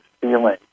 feeling